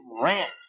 rant